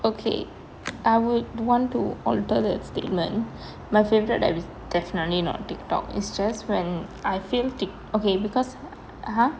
okay I would want to alter that statement my favourite app is definitely not Tiktok is just when I feel tik~ okay because !huh!